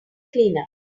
cleaner